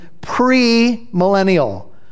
pre-millennial